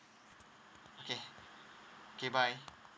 okay okay bye